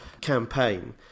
campaign